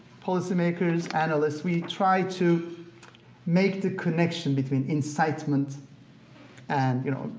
policymakers, analysts, we try to make the connection between incitement and, you know,